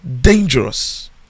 dangerous